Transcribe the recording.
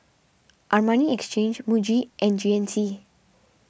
Armani Exchange Muji and G N C